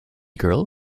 girl